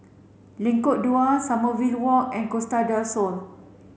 Lengkok Dua Sommerville Walk and Costa del Sol